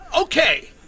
Okay